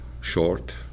short